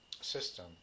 system